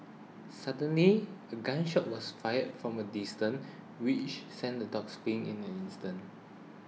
suddenly a gun shot was fired from a distance which sent the dogs fleeing in an instance